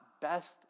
best